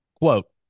quote